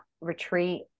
retreat